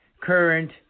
current